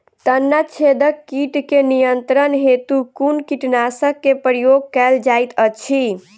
तना छेदक कीट केँ नियंत्रण हेतु कुन कीटनासक केँ प्रयोग कैल जाइत अछि?